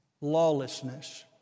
lawlessness